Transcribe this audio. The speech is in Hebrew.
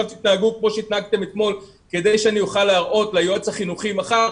כמו שהתנהגתם אתמול כדי שאני אוכל להראות ליועץ החינוכי מחר,